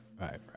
right